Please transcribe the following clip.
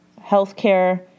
healthcare